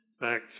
back